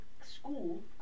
school